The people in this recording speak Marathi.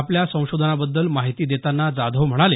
आपल्या संशोधनाबद्दल माहिती देतांना जाधव म्हणाले